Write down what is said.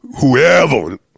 Whoever